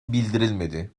bildirilmedi